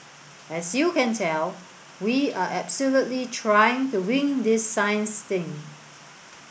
as you can tell we are absolutely trying to wing this science thing